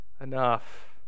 enough